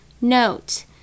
Note